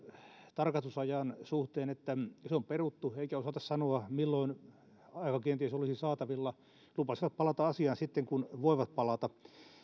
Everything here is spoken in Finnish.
tarkastusajan suhteen että se on peruttu eikä osata sanoa milloin aika kenties olisi saatavilla lupasivat palata asiaan sitten kun voivat palata